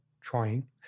trying